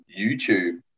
YouTube